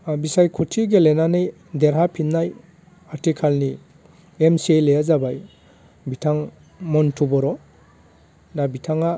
ओ बिसायखथि गेलेनानै देरहा फिननाय आथिखालनि एमसिएलएया जाबाय बिथां मन्थु बर' दा बिथाङा